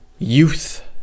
youth